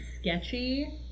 sketchy